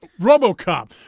Robocop